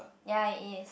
ya it is